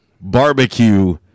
barbecue